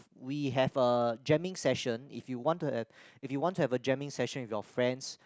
we have a jamming session if you want to have if you want to have a jamming session with your friends